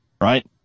right